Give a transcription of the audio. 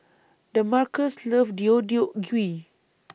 Damarcus loves Deodeok Gui